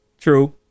True